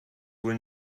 wohl